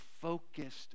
focused